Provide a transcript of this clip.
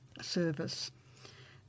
Service